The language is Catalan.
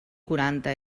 quaranta